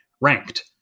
ranked